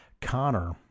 Connor